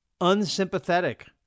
unsympathetic